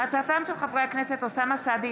בהצעתם של חברי הכנסת אוסמה סעדי,